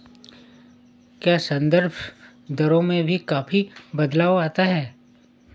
क्या संदर्भ दरों में भी काफी बदलाव आता है?